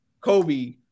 Kobe